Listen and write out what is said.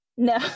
no